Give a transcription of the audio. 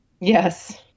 Yes